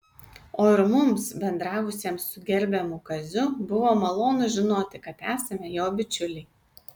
o ir mums bendravusiems su gerbiamu kaziu buvo malonu žinoti kad esame jo bičiuliai